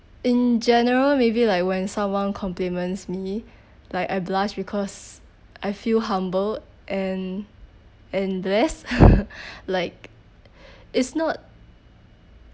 in general maybe like when someone compliments me like I blush because I feel humble and and blessed like it's not